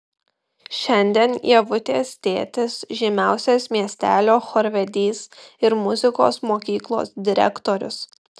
šiandien ievutės tėtis žymiausias miestelio chorvedys ir muzikos mokyklos direktorius